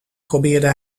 probeerde